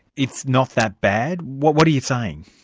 it's not that bad? what what are you saying?